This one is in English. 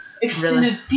Extended